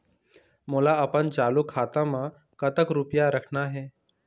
मोला अपन चालू खाता म कतक रूपया रखना हे?